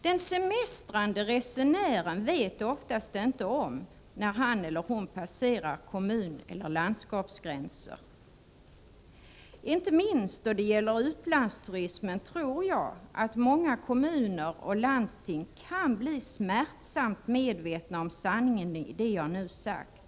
Den semestrande resenären vet ofta inte om, när han eller hon passerar kommuneller landskapsgränser. Inte minst då det gäller utlandsturismen tror jag att många kommuner och landsting kan bli smärtsamt medvetna om sanningen i det jag nu har sagt.